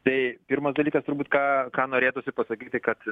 tai pirmas dalykas turbūt ką ką norėtųsi pasakyti kad